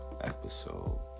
episode